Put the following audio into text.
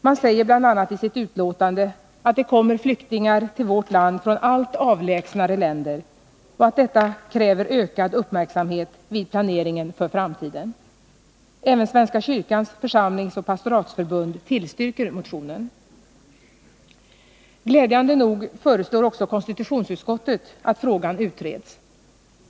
Man säger bl.a. i sitt utlåtande att det kommer flyktingar till vårt land från allt avlägsnare länder och att detta kräver ökad uppmärksamhet vid planeringen för framtiden. Även Svenska kyrkans församlingsoch pastoratsförbund tillstyrker motionen. Glädjande nog föreslår också konstitutionsutskottet att frågan utreds.